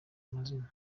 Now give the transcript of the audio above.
amazina